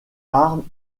armes